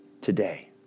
today